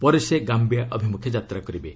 ପରେ ସେ ଗାମ୍ପିଆ ଅଭିମୁଖେ ଯାତ୍ରା କରିବେ